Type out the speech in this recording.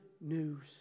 news